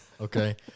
Okay